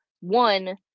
one